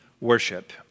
worship